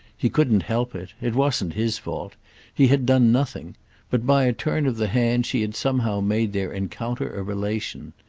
he couldn't help it it wasn't his fault he had done nothing but by a turn of the hand she had somehow made their encounter a relation.